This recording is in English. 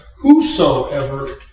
Whosoever